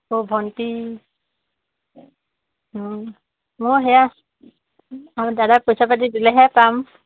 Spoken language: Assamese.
অ' ভণ্টি মই সেয়া অ' দাদাই পইচা পাতি দিলেহে পাম